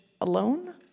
alone